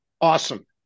awesome